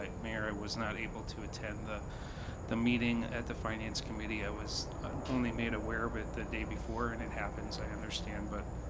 mayor, i was not able to attend the the meeting at the finance committee, i was only made aware of it the day before, and it happens, i understand, but,